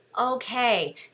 okay